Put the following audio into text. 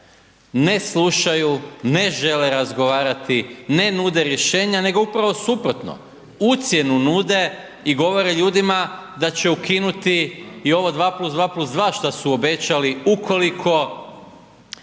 Ne slušaju, ne žele razgovarati, ne nude rješenja, nego upravo suprotno. Ucjenu nude i govore ljudima da će ukinuti i ovo 2+2+2 šta su obećali ukoliko